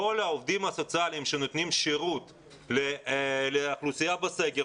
כל העובדים הסוציאליים שנותנים שירות לאוכלוסייה בסגר,